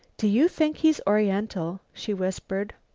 do you think he's oriental? she whispered.